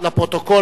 לפרוטוקול,